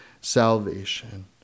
salvation